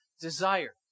desire